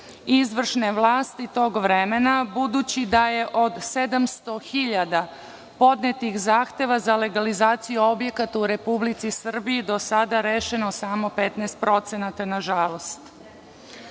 izvršne vlasti dugo vremena, budući da je od 700.000 podnetih zahteva za legalizaciju objekata u Republici Srbiji do sada rešeno samo 15% na